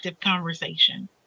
conversation